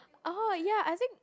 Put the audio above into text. oh ya I think